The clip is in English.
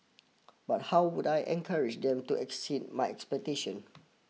but how would I encourage them to exceed my expectation